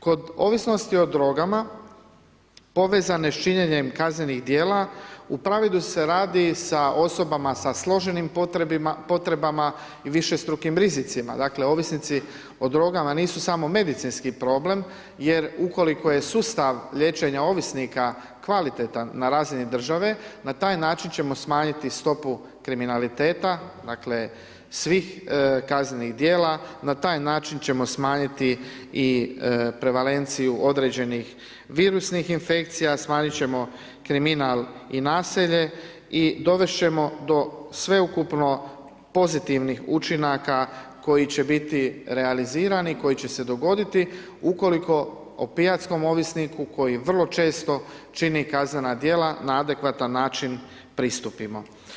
Kod ovisnosti o drogama, povezane s činjenjem kaznenih dijela, u pravilu se radi sa osobama sa složenim potrebama i višestrukim rizicima, dakle, ovisnici o drogama nisu samo medicinski problem, jer ukoliko je sustav liječenja ovisnika kvalitetan na razini države, na taj način ćemo smanjiti stopu kriminaliteta, dakle, svih kaznenih dijela, na taj način ćemo smanjiti i prevalencija određenih virusnih infekcija, smanjiti ćemo kriminal i nasilje i dovesti ćemo do sveukupno pozitivnih učinaka, koji će biti realizirani, koji će se dogoditi, ukoliko opijatskom ovisniku, koji vrlo često čini kazna dijela, na adekvatan način pristupimo.